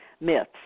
myths